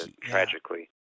tragically